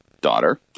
daughter